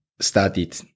started